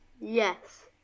Yes